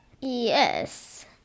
Yes